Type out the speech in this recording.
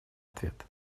ответ